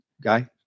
guy